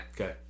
Okay